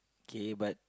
okay but